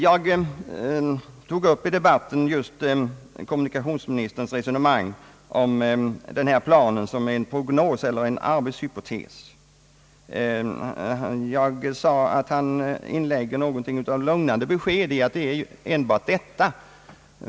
Jag tog i debatten upp just kommunikationsministerns resonemang om denna plan som en preliminär plan eller en arbetshypotes. Jag sade att han inlägger något av ett lugnande besked i att det är enbart detta.